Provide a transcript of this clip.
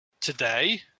today